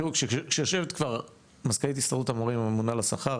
תראו כשיושבת כבר מזכ"לית הסתדרות המורים הממונה על השכר,